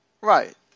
Right